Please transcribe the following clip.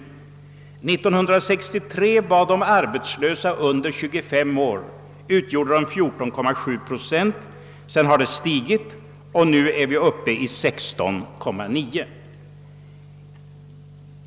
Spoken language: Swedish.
1963 utgjorde de arbetslösa under 25 år 14,7 procent av det totala antalet arbetslösa. Procentsiffran har sedan stigit och är nu uppe i 16,9.